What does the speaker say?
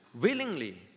willingly